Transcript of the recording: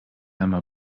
elmar